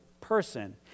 person